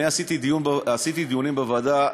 עשיתי דיונים בוועדה.